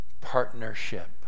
partnership